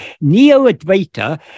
Neo-Advaita